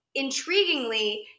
intriguingly